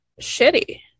Shitty